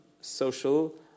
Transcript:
social